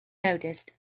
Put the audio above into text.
noticed